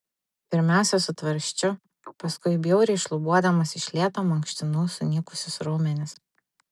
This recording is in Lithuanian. pirmiausia su tvarsčiu paskui bjauriai šlubuodamas iš lėto mankštinau sunykusius raumenis